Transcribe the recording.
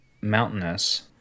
mountainous